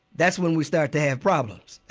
that's when we start to have problems